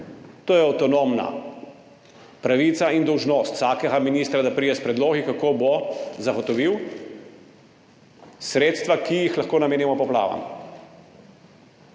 To je avtonomna pravica in dolžnost vsakega ministra, da pride s predlogi, kako bo zagotovil sredstva, ki jih lahko namenimo poplavam.